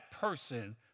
person